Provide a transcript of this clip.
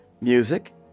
music